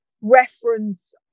reference